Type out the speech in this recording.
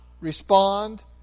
respond